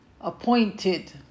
appointed